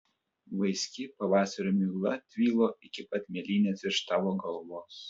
vaiski pavasario migla tvylo iki pat mėlynės virš tavo galvos